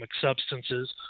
substances